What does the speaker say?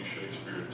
shakespeare